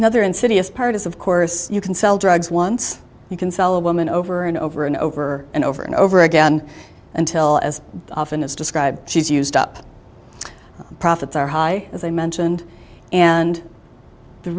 another insidious part is of course you can sell drugs once you can sell a woman over and over and over and over and over again until as often as described she's used up profits are high as they mentioned and the